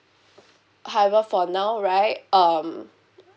however for now right um